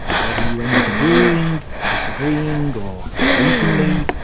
whether you end up agreeing, disagreeing or hating me,